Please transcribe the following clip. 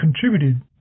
contributed